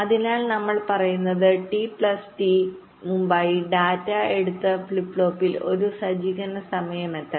അതിനാൽ ഞങ്ങൾ പറയുന്നത് ടി പ്ലസ് ടിക്ക്മുമ്പായി ഡാറ്റ അടുത്ത ഫ്ലിപ്പ് ഫ്ലോപ്പിൽ ഒരു സജ്ജീകരണ സമയത്തെത്തണം